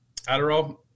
Adderall